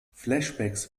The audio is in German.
flashbacks